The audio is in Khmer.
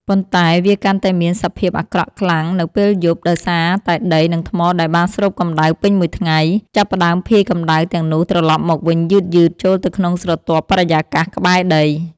ប៉ុន្តែវាកាន់តែមានសភាពអាក្រក់ខ្លាំងនៅពេលយប់ ដោយសារតែដី និងថ្មដែលបានស្រូបកម្ដៅពេញមួយថ្ងៃ ចាប់ផ្តើមភាយកម្ដៅទាំងនោះត្រឡប់មកវិញយឺតៗចូលទៅក្នុងស្រទាប់បរិយាកាសក្បែរដី។